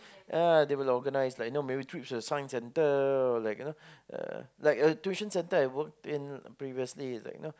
ya they will organise like you know maybe trips to the Science Center or like you know uh like the tuition center I worked in previously is like you know